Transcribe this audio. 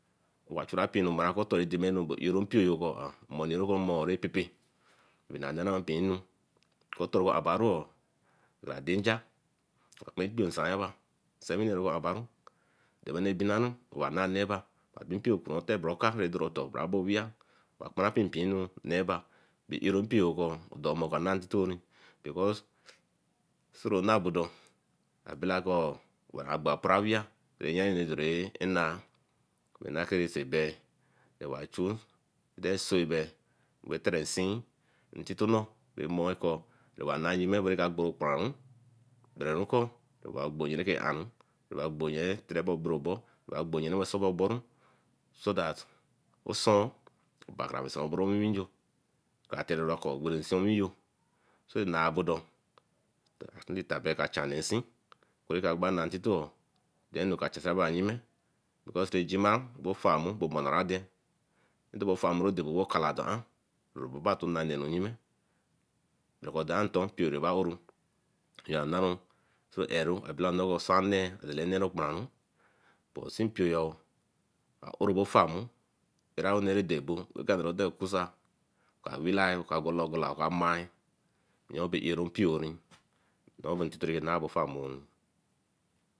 Owa chura pionu wan oku otoyo edeme enu ero mpioyo meney ray so moor ray pepe e nah jara pee enu. Oku etoryo bah deenja oka kpe ekpee nsa oba nse wine abereabaru kabarenu rah binaru awa nah neeba owabin mpio curan ateh bro Okah bro abo wia. Outra kparan pe pee nu nneba arompio cu o der amor ka nath intito ni because soro na bodo a bela anu ra ko ba bo apouro awia ratı yaen dor rah nah egbea wey tere seen intito nor ko reba nain yime e ba gban okparan won berre nko obagbo nje raka ary. Oba gbo nye faka toroba agboro-ebo wensoboru so that osuũn reka wensaboru owinwin njo atch kate owinwin njo so nah bodo e ka cha nee insin barre gba gba na intero deen eniu ka chacha yime because se ejima ofo, mu bofaradeen etin ofar okala dor an obabatona nenu yame dan aton mpio ba oro nnanu abela oneẽ rah usan nee dor rah neẽ ro ekpanranwo but mpio arobo farmu erra onneẽ rah dor atoe ca wirae oka gala ogala oka mya nyo bah ero mpio in nonne bah intito bay narry so e farmu.